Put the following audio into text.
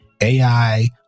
AI